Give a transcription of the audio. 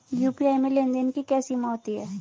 UPI में लेन देन की क्या सीमा होती है?